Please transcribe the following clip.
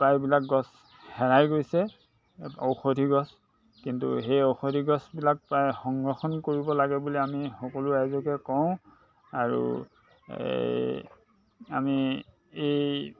প্ৰায়বিলাক গছ হেৰাই গৈছে ঔষধি গছ কিন্তু সেই ঔষধি গছবিলাক প্ৰায় সংৰক্ষণ কৰিব লাগে বুলি আমি সকলো ৰাইজকে কওঁ আৰু আমি এই